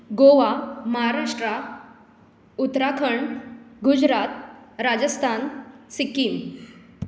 Goa Maharashtra Uttarakhand Gujarat Rajasthan Sikkim